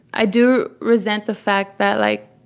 i do resent the fact that, like,